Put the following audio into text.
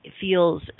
feels